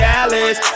Dallas